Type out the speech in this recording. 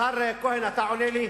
השר כהן, אתה עונה לי.